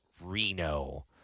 reno